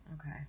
Okay